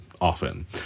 often